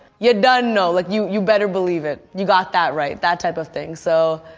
you dun know, like you you better believe it. you got that right, that type of thing. so,